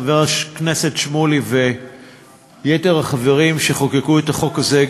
חבר הכנסת שמולי ויתר החברים שחוקקו את החוק הזה,